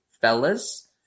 fellas